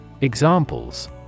Examples